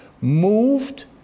moved